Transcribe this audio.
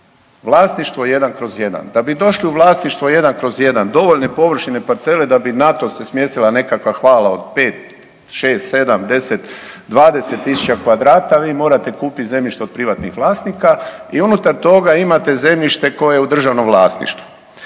vlasništvo 1/1. Da bi došli u vlasništvo 1/1 dovoljne površine parcele da bi na to se smjestila nekakva hala od 5, 6, 7, 10, 20.000 kvadrata vi morate kupiti zemljište od privatnih vlasnika i unutar toga imate zemljište koje je u državnom vlasništvu.